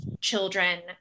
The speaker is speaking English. children